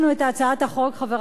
חברי חברי הכנסת,